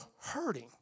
hurting